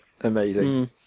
amazing